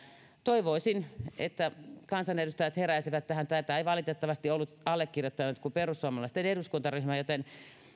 toivoisin että kansanedustajat heräisivät tähän tätä ei valitettavasti ollut allekirjoittanut kuin perussuomalaisten eduskuntaryhmä joten